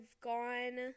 gone